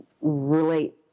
relate